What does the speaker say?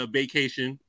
vacation